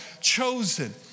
chosen